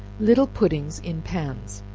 little puddings in pans.